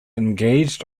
engaged